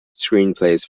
screenplays